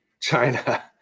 china